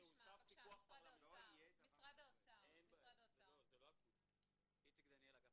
ש"אשר נגרמו לו" זה לא מבחן עובדתי טכני.